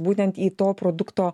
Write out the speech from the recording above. būtent į to produkto